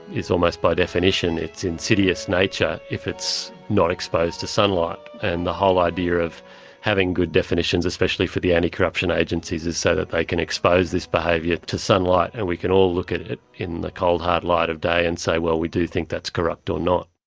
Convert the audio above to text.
almost by definition, its insidious nature if it's not exposed to sunlight. and the whole idea of having good definitions, especially for the anticorruption agencies, is so that they can expose this behaviour to sunlight and we can all look at it in the cold hard light of day and say whether we do think that's corrupt or not.